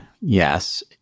Yes